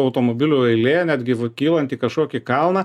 automobilių eilė net gyv kylant į kažkokį kalną